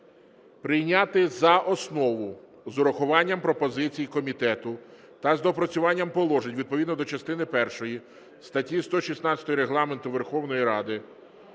прийняти за основу з урахуванням пропозицій комітету та з доопрацюванням положень відповідно до частини першої статті 116 Регламенту Верховної Ради